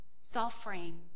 suffering